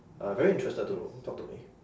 uh very interested to talk to me